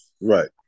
right